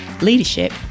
leadership